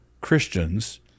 Christians